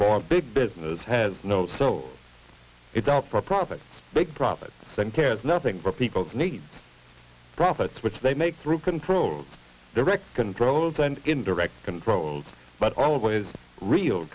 for big business has no so it's all for profit big profit centers nothing for people's needs profits which they make through control direct controls and indirect controls but always real